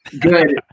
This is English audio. Good